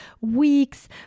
weeks